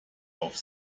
auf